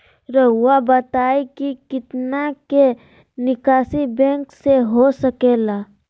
रहुआ बताइं कि कितना के निकासी बैंक से हो सके ला?